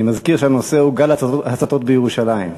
אני מזכיר שהנושא הוא: גל הצתות בירושלים.